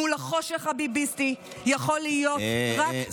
מול החושך הביביסטי יכול להיות רק ניצחון.